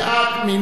מי נגד?